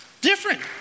different